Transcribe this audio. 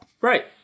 Right